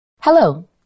Hello